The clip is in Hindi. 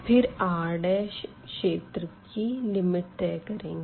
फिर R क्षेत्र की लिमिट तय करेंगे